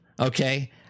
okay